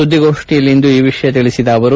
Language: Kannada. ಸುದ್ದಿಗೋಷ್ಠಿಯಲ್ಲಿಂದು ಈ ವಿಷಯ ತಿಳಿಸಿದ ಅವರು